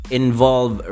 involve